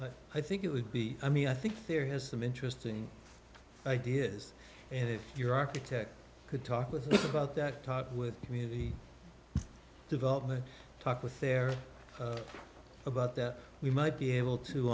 bit i think it would be i mean i think theory has some interesting ideas and if your architect could talk about that talk with community development talk with there about that we might be able to